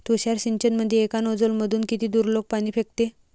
तुषार सिंचनमंदी एका नोजल मधून किती दुरलोक पाणी फेकते?